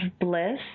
bliss